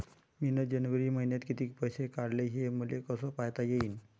मिन जनवरी मईन्यात कितीक पैसे काढले, हे मले कस पायता येईन?